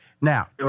Now